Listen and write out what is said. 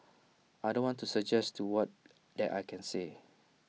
I don't want to suggest to what that I can say